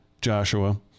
Joshua